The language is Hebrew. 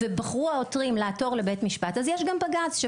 בחרו העותרים לעתור לבית משפט, אז יש גם בג"ץ.